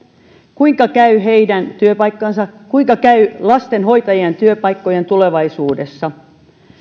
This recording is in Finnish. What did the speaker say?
kuinka käy heidän työpaikkojensa kuinka käy lastenhoitajien työpaikkojen tulevaisuudessa